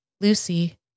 Lucy